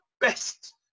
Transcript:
best